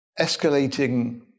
Escalating